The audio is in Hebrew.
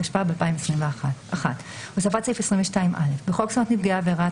התשפ"ב 2021 הוספת סעיף 22א 1. בחוק זכויות נפגעי עבירה,